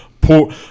poor